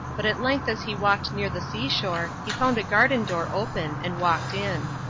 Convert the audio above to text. but at length as he walked near the seashore he found a garden door open and walked in.